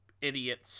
idiots